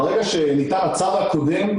ברגע שניתן הצו הקודם,